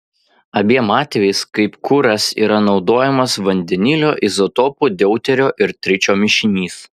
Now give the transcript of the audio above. abiem atvejais kaip kuras yra naudojamas vandenilio izotopų deuterio ir tričio mišinys